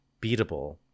beatable